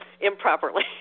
improperly